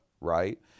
right